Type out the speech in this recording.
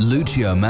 Lucio